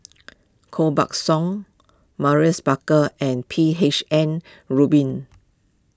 Koh Buck Song Maurice Baker and P H N Rubin